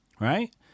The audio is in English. Right